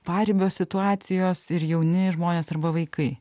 paribio situacijos ir jauni žmonės arba vaikai